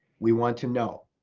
we want to know.